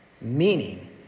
meaning